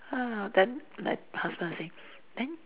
ah then like my husband was saying then